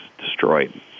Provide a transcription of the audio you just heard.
destroyed